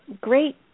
great